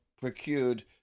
procured